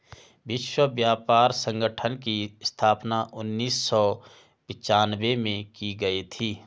विश्व व्यापार संगठन की स्थापना उन्नीस सौ पिच्यानवे में की गई थी